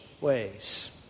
ways